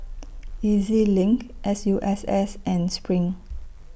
E Z LINK S U S S and SPRING